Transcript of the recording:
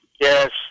Yes